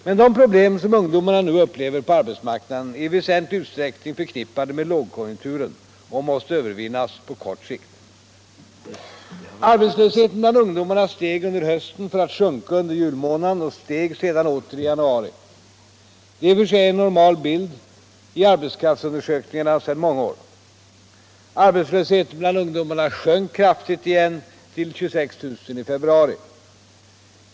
Men de problem som ungdomarna nu upplever på arbetsmarknaden är i väsentlig utsträckning förknippade med lågkonjunkturen och måste övervinnas på kort sikt. Arbetslösheten bland ungdomarna steg under hösten för att sjunka under julmånaden och steg sedan åter i januari. Det är i och för sig en normal bild i arbetskraftsundersökningarna sedan många år. Arbetslösheten bland ungdomarna sjönk kraftigt igen till 26 000 i februari.